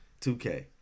2K